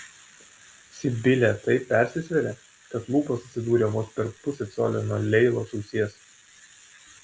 sibilė taip persisvėrė kad lūpos atsidūrė vos per pusę colio nuo leilos ausies